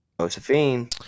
Josephine